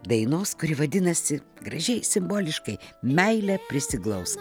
dainos kuri vadinasi gražiai simboliškai meile prisiglausk